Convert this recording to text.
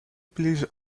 please